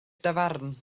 dafarn